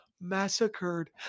massacred